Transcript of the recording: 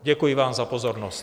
Děkuji vám za pozornost.